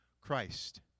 Christ